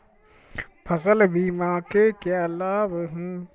फसल बीमा के क्या लाभ हैं?